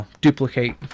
duplicate